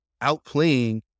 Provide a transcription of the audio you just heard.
outplaying